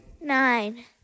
Nine